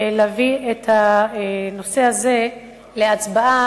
להביא את הנושא הזה לדיון,